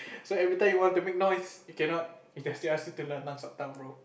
so everytime you want to make noise you cannot they just ask you to lanlan suck thumb bro